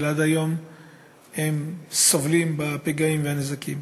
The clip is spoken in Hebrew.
אלא עד היום הם סובלים מהפגעים והנזקים